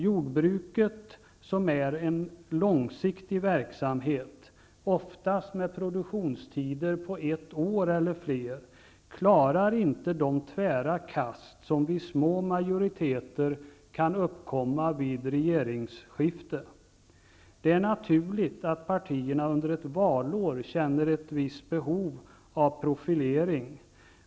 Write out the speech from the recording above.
Jordbruket, som är en långsiktig verksamhet, oftast med produktionstider på ett år eller mer, klarar inte de tvära kast som vid små majoriteter kan uppkomma vid regeringsskiften. Det är naturligt att partierna under ett valår känner ett visst behov av profilering.